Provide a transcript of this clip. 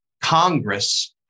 Congress